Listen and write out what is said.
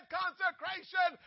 consecration